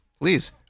Please